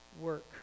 work